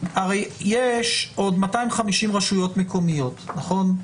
הרי יש עוד 250 רשויות מקומיות, נכון?